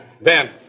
Ben